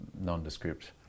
nondescript